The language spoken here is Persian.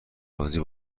راضی